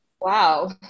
Wow